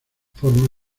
forma